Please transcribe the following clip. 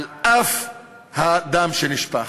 על אף הדם שנשפך,